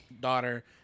daughter